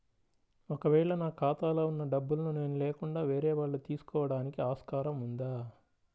ఒక వేళ నా ఖాతాలో వున్న డబ్బులను నేను లేకుండా వేరే వాళ్ళు తీసుకోవడానికి ఆస్కారం ఉందా?